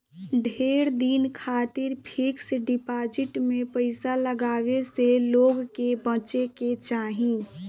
ढेर दिन खातिर फिक्स डिपाजिट में पईसा लगावे से लोग के बचे के चाही